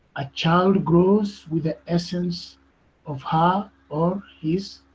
a child grows with the essence of her, or his,